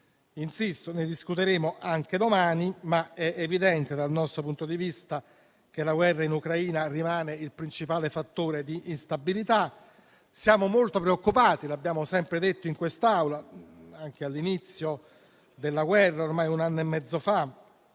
forte. Ne discuteremo anche domani, ma è evidente dal nostro punto di vista che la guerra in Ucraina rimane il principale fattore di instabilità. Siamo molto preoccupati - l'abbiamo sempre detto in quest'Aula, anche all'inizio della guerra, ormai un anno e mezzo fa